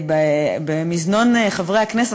במזנון חברי הכנסת,